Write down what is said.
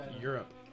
Europe